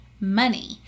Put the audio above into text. money